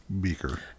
Beaker